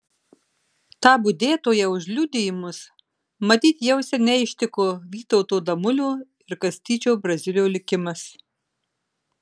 tą budėtoją už liudijimus matyt jau seniai ištiko vytauto damulio ir kastyčio braziulio likimas